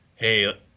hey